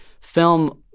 Film